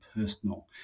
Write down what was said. personal